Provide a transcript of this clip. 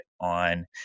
on